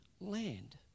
land